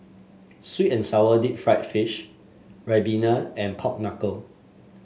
sweet and sour Deep Fried Fish ribena and Pork Knuckle